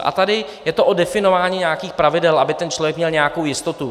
A tady je to o definování nějakých pravidel, aby ten člověk měl nějakou jistotu.